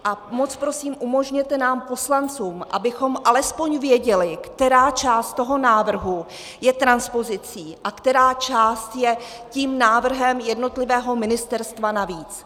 A moc prosím, umožněte nám, poslancům, abychom alespoň věděli, která část toho návrhu je transpozicí a která část je tím návrhem jednotlivého ministerstva navíc.